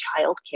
childcare